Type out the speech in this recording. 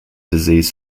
disease